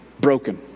Broken